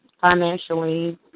financially